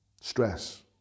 Stress